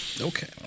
Okay